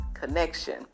connection